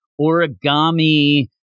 origami